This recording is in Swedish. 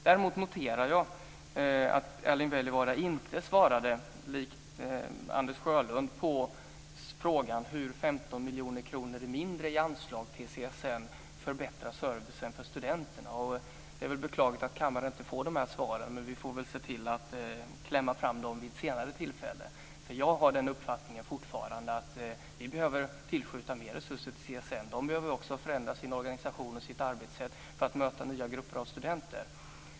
Däremot noterar jag att Erling Wälivaara likt Anders Sjölund inte svarade på frågan hur 15 miljoner kronor mindre i anslag till CSN förbättrar servicen för studenterna. Det är beklagligt att kammaren inte får de här svaren. Men vi får väl se till att klämma fram dem vid ett senare tillfälle. Jag har fortfarande uppfattningen att vi behöver tillskjuta mer resurser till CSN. De behöver också förändra sin organisation och sitt arbetssätt för att möta nya grupper av studenter.